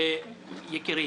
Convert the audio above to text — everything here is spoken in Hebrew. יקירי,